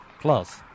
plus